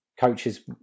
coaches